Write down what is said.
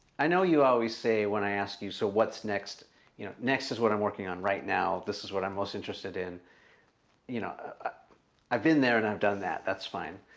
i know you always say when i ask you so what's next you know next is what i'm working on right now. this is what i'm most interested in you know i've been there and i've done that that's fine.